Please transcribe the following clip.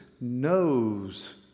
knows